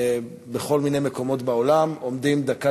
בכל מיני מקומות בעולם עומדים דקה